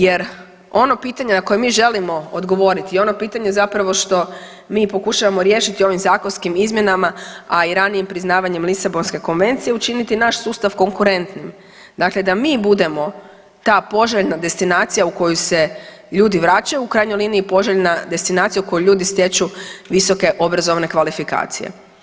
Jer ono pitanje na koje mi želimo odgovoriti i ono pitanje zapravo što mi pokušavamo riješiti ovim zakonskim izmjenama, a i ranijim priznavanjem Lisabonske konvencije učiniti naš sustav konkurentnim, dakle da mi budemo ta poželjna destinacija u koju se ljudi vraćaju, u krajnjoj liniji i poželjna destinacija u kojoj ljudi stječu visoke obrazovne kvalifikacije.